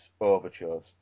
overtures